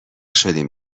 شدیم